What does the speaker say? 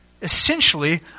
essentially